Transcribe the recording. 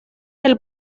del